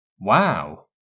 Wow